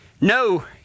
No